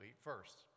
first